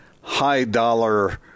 high-dollar